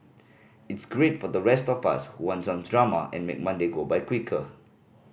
it's great for the rest of us who want some drama to make Monday go by quicker